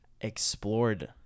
explored